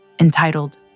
Entitled